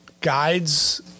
guides